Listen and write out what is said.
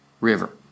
river